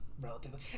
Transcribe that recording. relatively